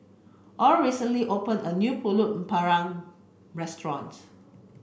Oral recently opened a new Pulut panggang Restaurant